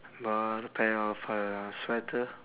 bought a pair of uh sweater